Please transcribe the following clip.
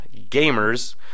gamers